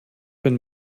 ein